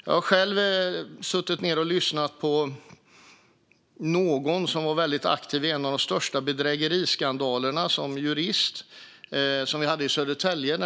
Jag har själv lyssnat på en person som var aktiv som jurist i en av de största bedrägeriskandalerna i Södertälje.